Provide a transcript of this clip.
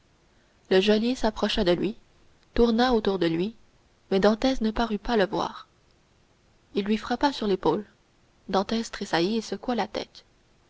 le geôlier s'approcha de lui tourna autour de lui mais dantès ne parut pas le voir il lui frappa sur l'épaule dantès tressaillit et secoua la tête